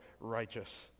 righteous